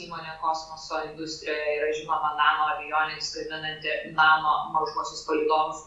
įmonė kosmoso industrijoje yra žinoma nano avioniks gaminanti nano mažuosius palydovus